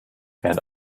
and